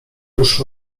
już